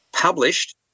published